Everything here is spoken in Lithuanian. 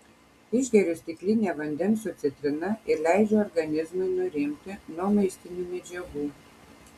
išgeriu stiklinę vandens su citrina ir leidžiu organizmui nurimti nuo maistinių medžiagų